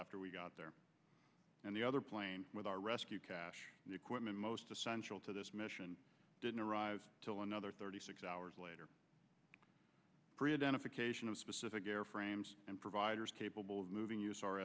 after we got there and the other plane with our rescue cache quitman most essential to this mission didn't arrive until another thirty six hours later specific airframes and providers capable of moving us our